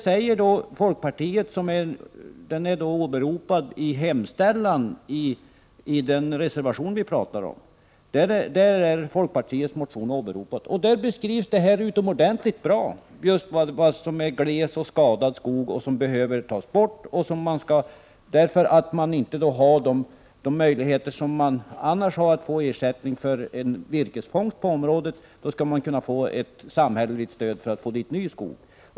I folkpartiets motion, som åberopas i hemställan i den reservation vi pratar om, beskrivs det utomordentligt bra vad som är gles och skadad skog som behöver tas bort. Eftersom man inte har samma möjligheter som man annars har att få en virkesfångst på området, skall man kunna få ett samhälleligt stöd för att få dit ny skog.